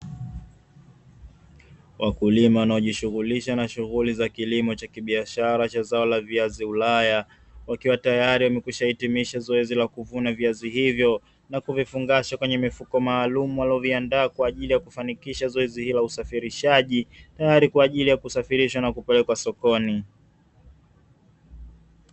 Wakulima wanaojishuhulisha na shughuli za kilimo cha kibiashara cha zao la viazi ulaya ,wakiwa tayari wamekwishahitimiza zoezi la kuvuna viazi hivyo, na kuvifungasha kwenye mifuko maalumu walivyo viandaa kwajili yakufanikisha zoezi hilo la usafirishaji tayari kwajili ya kusafirisha na kupelekwa sokoni.